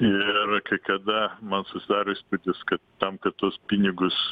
ir kai kada man susidaro įspūdis ka tam kad tuos pinigus